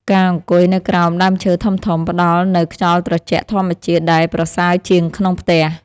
ការអង្គុយនៅក្រោមដើមឈើធំៗ ផ្តល់នូវខ្យល់ត្រជាក់ធម្មជាតិដែលប្រសើរជាងក្នុងផ្ទះ។